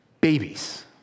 Babies